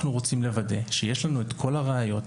אנחנו רוצים לוודא שיש לנו כל הראיות,